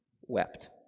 wept